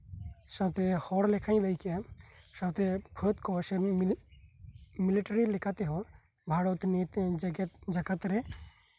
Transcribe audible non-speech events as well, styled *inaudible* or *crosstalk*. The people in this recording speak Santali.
ᱥᱟᱶᱛᱮ ᱦᱚᱲ ᱞᱮᱠᱷᱟᱧ ᱞᱟᱹᱭ ᱠᱮᱫᱼᱟ ᱥᱟᱶᱛᱮ *unintelligible* ᱯᱷᱳᱨᱴ ᱠᱚᱢᱤᱥᱚᱱ ᱥᱮ ᱢᱤᱞᱤᱴᱟᱨᱤ ᱞᱮᱠᱟᱛᱮᱦᱚᱸ ᱵᱷᱟᱨᱚᱛ ᱢᱤᱫ ᱡᱮᱜᱮᱫ ᱡᱟᱠᱟᱛ ᱨᱮ